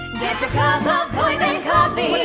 getcha cuppa poison coffee!